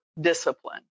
discipline